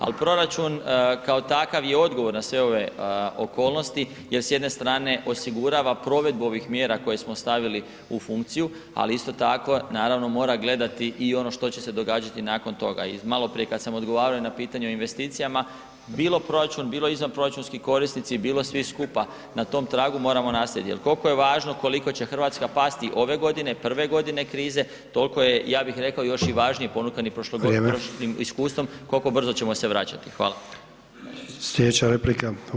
Ali proračun kao takav je odgovor na sve ove okolnosti jer s jedne strane osigurava provedbu ovih mjera koje smo stavili u funkciju, ali isto tako, naravno, mora gledati i ono što će se događati nakon toga i maloprije kad sam odgovarao i na pitanje o investicijama, bilo proračun, bilo izvanproračunski korisnici, bilo svi skupa, na tom tragu moramo nastaviti, jer koliko je važno koliko će Hrvatska pasti ove godine, prve godine krize, toliko je, ja bih rekao još i važnije ponukani [[Upadica: Vrijeme.]] prošlim iskustvom, koliko brzo ćemo se vraćati.